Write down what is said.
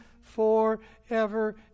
forever